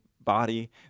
body